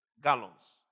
gallons